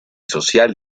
social